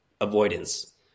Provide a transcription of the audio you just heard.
avoidance